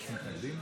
יש מתנגדים?